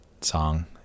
song